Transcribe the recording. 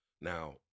Now